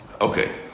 Okay